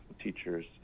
Teachers